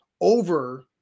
over